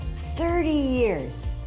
thirty years,